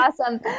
Awesome